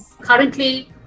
currently